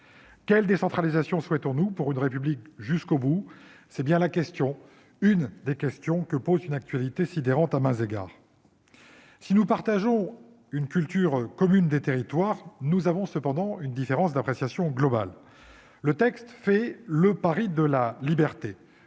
Quelle décentralisation souhaitons-nous pour une « République jusqu'au bout »? C'est une des questions que pose une actualité sidérante à maints égards. Si nous partageons une culture commune des territoires, nous avons cependant une différence d'appréciation globale : le texte fait le « pari de la liberté